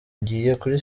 kuri